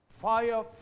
Fire